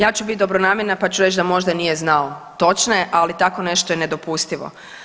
Ja ću biti dobronamjerna pa ću reći da možda nije znao točne, ali tako nešto je nedopustivo.